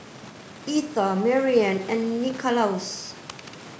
Etha Mariann and Nicholaus